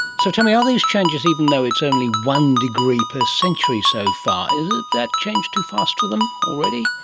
so tell me, are these changes, even though it's only one degree per century so far, is that change too fast for them already?